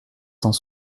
cent